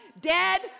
dead